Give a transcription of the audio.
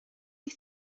you